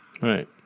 right